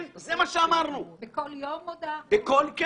בכל יום מודעה אחת.